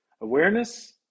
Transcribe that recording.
Awareness